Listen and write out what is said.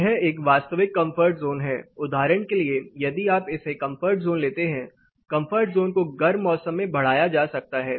यह एक वास्तविक कंफर्ट जोन है उदाहरण के लिए यदि आप इसे कंफर्ट जोन लेते हैं कंफर्ट जोन को गर्म मौसम में बढ़ाया जा सकता है